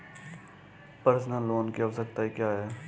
Personal loan की आवश्यकताएं क्या हैं?